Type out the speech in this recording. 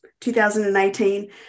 2018